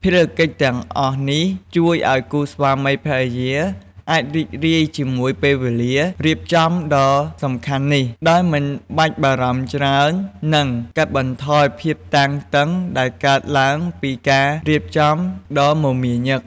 ភារកិច្ចទាំងអស់នេះជួយឲ្យគូស្វាមីភរិយាអាចរីករាយជាមួយពេលវេលារៀបចំដ៏សំខាន់នេះ ដោយមិនបាច់បារម្ភច្រើន និងកាត់បន្ថយភាពតានតឹងដែលកើតឡើងពីការរៀបចំដ៏មមាញឹក។